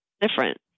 different